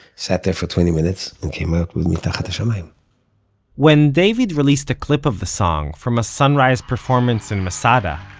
sat there for twenty minutes, and came out with mitachat la'shamayim when david released a clip of the song from a sunrise performance in masada,